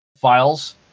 files